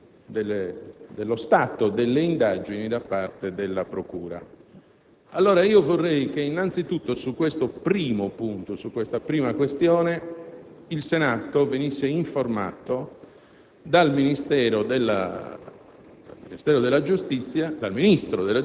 sino a questo momento nessuno di noi ha notizia dello stato delle indagini da parte della procura. Vorrei allora che innanzitutto su questo primo punto, su questa prima questione, il Senato venisse informato